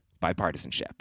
bipartisanship